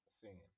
singing